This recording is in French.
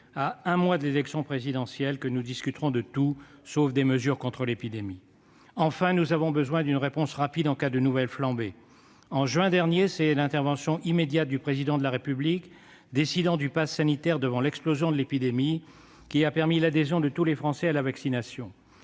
à un mois de l'élection présidentielle, nous discuterons probablement de tout sauf des mesures contre l'épidémie. Enfin, nous avons besoin d'une réponse rapide en cas de nouvelle flambée. En juin dernier, c'est l'intervention immédiate du Président de la République, faisant le choix du passe sanitaire devant l'explosion de l'épidémie, qui a permis l'adhésion de tous les Français à la vaccination.